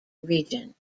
region